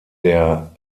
der